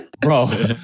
bro